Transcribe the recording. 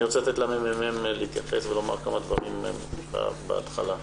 אני רוצה לאפשר למרכז המחקר והמידע להתייחס.